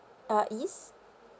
uh east